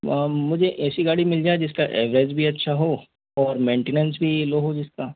मुझे ऐसी गाड़ी मिल जाए जिसका ऐवरेज भी अच्छा हो और मेंटेनेन्स भी लो हो जिसका